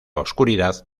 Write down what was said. oscuridad